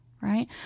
right